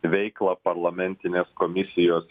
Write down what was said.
veiklą parlamentinės komisijos